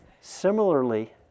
Similarly